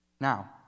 Now